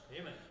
Amen